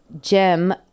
Jim